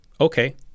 okay